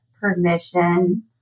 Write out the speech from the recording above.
permission